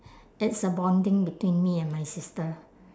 it's a bonding between me and my sister